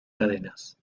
cadenas